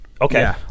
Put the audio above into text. Okay